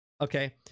Okay